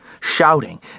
shouting